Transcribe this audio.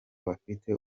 bafite